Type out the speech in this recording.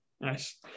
Nice